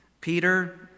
Peter